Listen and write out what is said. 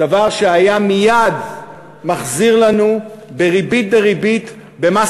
דבר שהיה מייד מחזיר לנו בריבית דריבית במס